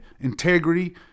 integrity